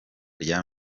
rya